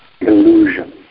illusion